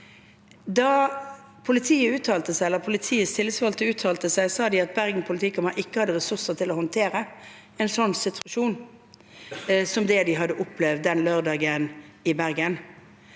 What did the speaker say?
tillitsvalgte uttalte seg, sa de at Bergen politikammer ikke hadde ressurser til å håndtere en situasjon som den de opplevde den lørdagen i Bergen.